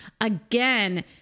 again